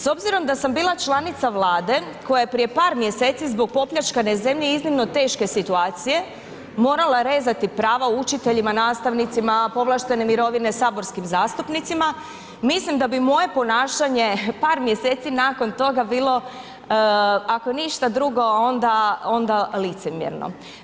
S obzirom da sam bila članica vlade koja je prije par mjeseci zbog popljačkane zemlje iznimno teške situacije morala rezati prava učiteljima, nastavnicima, a povlaštene mirovine saborskim zastupnicima, mislim da bi moje ponašanje par mjeseci nakon toga bilo ako ništa drugo onda licemjerno.